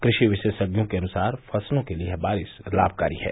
कृषि विशेषज्ञों के अनुसार फसलों के लिए यह बारिश लाभकारी है